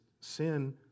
sin